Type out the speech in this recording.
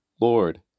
Lord